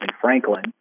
Franklin